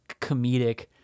comedic